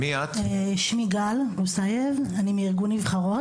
אני מארגון נבחרות.